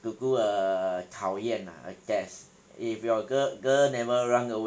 to do a 考验 ah a test if your girl girl never run away